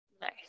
nice